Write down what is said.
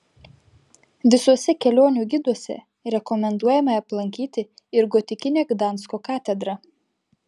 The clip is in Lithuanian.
visuose kelionių giduose rekomenduojama aplankyti ir gotikinę gdansko katedrą